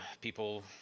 people